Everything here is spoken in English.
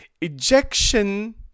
Ejection